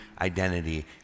identity